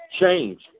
change